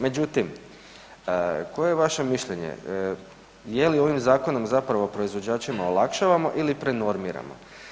Međutim, koje je vaše mišljenje je li ovim zakonom zapravo proizvođačima olakšavamo ili ih prenormiramo?